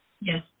Yes